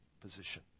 position